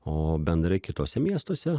o bendrai kituose miestuose